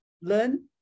Learn